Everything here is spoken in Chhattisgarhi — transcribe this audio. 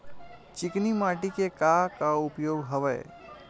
चिकनी माटी के का का उपयोग हवय?